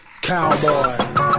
Cowboy